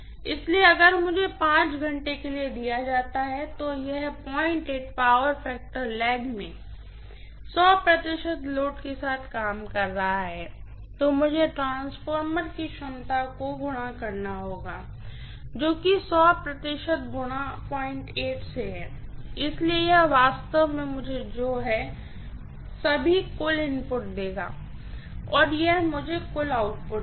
इसलिए अगर मुझे 5 घंटे के लिए दिया जाता है तो यह पावर फैक्टर लैग में लोड के साथ काम कर रहा है तो मुझे ट्रांसफॉर्मर की क्षमता को गुणा करना होगा जो कि गुणा से है इसलिए यह वास्तव में मुझे जो हैं सभी कुल इनपुट देगा और यहाँ यह मुझे कुल आउटपुट देगा